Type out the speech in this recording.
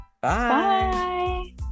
Bye